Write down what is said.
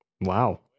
Wow